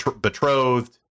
betrothed